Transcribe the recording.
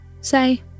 say